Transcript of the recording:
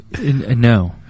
No